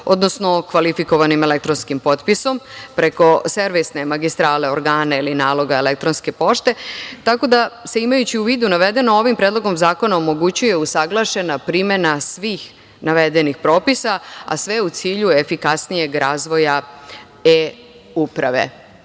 odnosnom kvalifikovanim elektronskim potpisom, preko servisne magistrale organa ili naloga elektronske pošto, tako da imajući u vidu sve navedeno, ovim predlogom zakona se omogućuje usaglašena primena svih navedenih propisa, a sve u cilju efikasnijeg razvoja E-uprave. Dosta